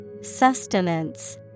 Sustenance